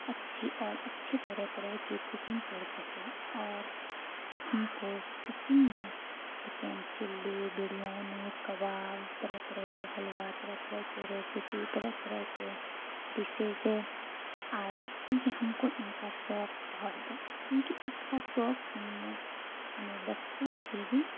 اچھی اور اچھے طرح طرح کی کوکنگ کر سکیں اور ہم کو کوکنگ میں چکن چلی بریانی کباب طرح طرح کے حلوا طرح طرح کے ریسیپی طرح طرح کے ڈشیزے آئے کیونکہ ہم کو ان کا شوق بہت ہے کیونکہ اس کا شوق ہم نے ہمیں بچپن سے ہی